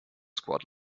squad